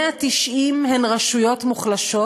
190 הן רשויות מוחלשות?